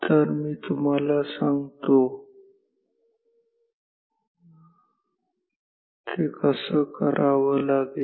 तर मी तुम्हाला सांगतो ते कसं करावं लागेल